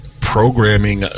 programming